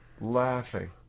Laughing